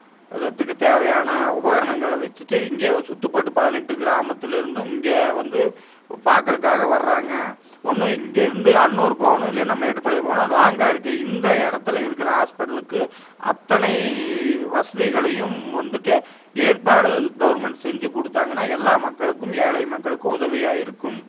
அது அதுக்கு தேவையான உபகரணங்களை வெச்சுட்டு இங்கே சுத்துப்பட்டு பதினெட்டு கிராமத்தில் இருந்தும் இங்கே வந்து பாக்கறதுக்காக வர்றாங்க ஒன்று இங்கே இருந்து அன்னூர் போகணும் இல்லைன்னா மேட்டுப்பாளையம் போகணும் லாங்காக இருக்குது இந்த இடத்துல இருக்கிற ஆஸ்பெட்டலுக்கு அத்தனை வசதிகளையும் வந்துவிட்டு ஏற்பாடு கவுர்மெண்ட் செஞ்சு கொடுத்தாங்கன்னா எல்லா மக்களுக்கும் ஏழை மக்களுக்கும் உதவியாக இருக்கும்